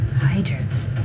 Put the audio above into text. Hydras